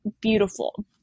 beautiful